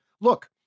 look